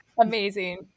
Amazing